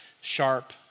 sharp